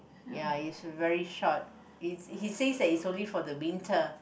ya is very short it he says that it's only for the winter